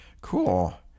cool